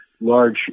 Large